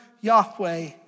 Yahweh